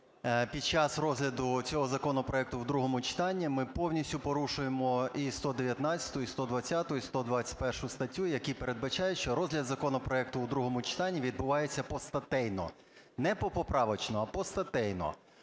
під час розгляду цього законопроекту в другому читанні ми повністю порушуємо і 119, і 120, і 121 статті, які передбачають, що розгляд законопроекту в другому читанні відбувається постатейно – не попоправочно, а постатейно.